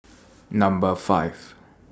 Number five